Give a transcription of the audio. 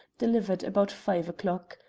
delivered about five o'clock.